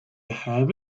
have